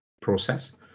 process